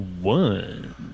one